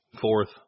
Fourth